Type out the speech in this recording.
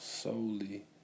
solely